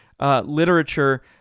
literature